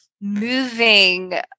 moving